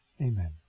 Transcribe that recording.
Amen